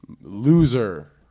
Loser